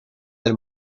del